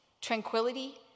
tranquility